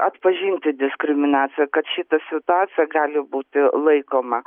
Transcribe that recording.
atpažinti diskriminaciją kad šita situacija gali būti laikoma